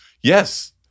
Yes